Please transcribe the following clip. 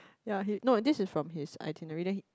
ya he no this is from his itinerary